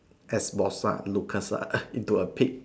ex boss lah Lucas into a pig